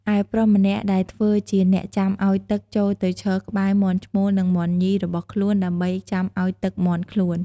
ឯ ប្រុសម្នាក់ ដែលធ្វើជា អ្នកចាំឲ្យទឹក ចូលទៅឈរក្បែរ មាន់ឈ្មោល និង មាន់ញី របស់ខ្លួន ដើម្បី ចាំឲ្យទឹកមាន់ខ្លួន។